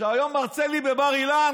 שהיום מרצה לי בבר-אילן,